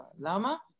Lama